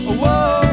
whoa